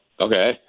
Okay